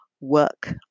work